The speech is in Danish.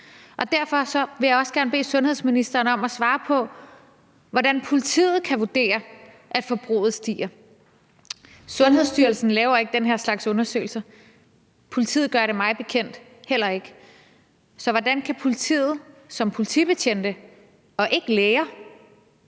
Derfor vil jeg også gerne bede sundhedsministeren om at svare på, hvordan politiet kan vurdere, at forbruget stiger. Sundhedsstyrelsen laver ikke den her slags undersøgelser, og politiet gør det mig bekendt heller ikke. Så hvordan kan politiet som politibetjente og ikke læger